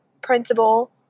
Principal